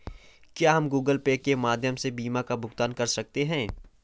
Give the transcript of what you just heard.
क्या हम Google Pay के माध्यम से बीमा का भुगतान कर सकते हैं?